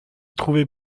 trouver